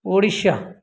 Odisha